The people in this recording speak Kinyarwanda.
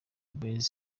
boyz